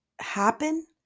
happen